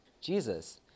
Jesus